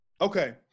Okay